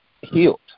healed